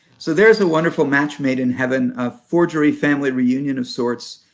so, there's the wonderful match made in heaven a forgery family reunion of sorts,